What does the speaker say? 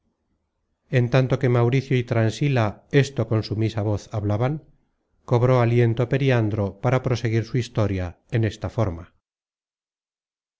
en tanto que mauricio y transila esto con sumisa voz hablaban cobró aliento periandro para proseguir su historia en esta forma